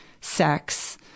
sex